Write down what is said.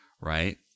right